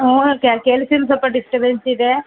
ಓ ಕೇಳಿ ಕೇಳಿಸ್ತಿಲ್ಲ ಸ್ವಲ್ಪ ಡಿಸ್ಟಬೆನ್ಸ್ ಇದೆ